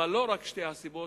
אבל לא רק שתי הסיבות,